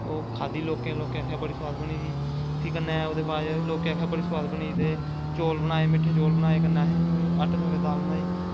ओह् खाद्दी लोकें लोकें आक्खेआ बड़ी सोआद बनी दी ही फ्ही कन्नैं लोकैं आक्खेआ बड़ी सोआद बनी दी ते चौल बनाए मिट्ठे चौल बनाए कन्नै असैं अट्ठैं सवेंदी दाल बनाई